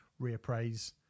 reappraise